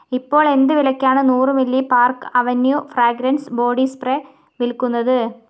ഇപ്പോൾ എന്ത് വിലയ്ക്കാണ് നൂറ് milli Park Avenue fragrance body spray വിൽക്കുന്നത്